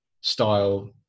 style